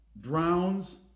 drowns